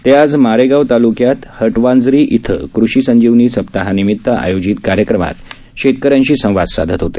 ते आज मारेगाव तालुक्यात हटवांजरी इथं कृषी संजीवनी सप्ताहानिमित्त आयोजित कार्यक्रमात शेतक यांशी संवाद साधत होते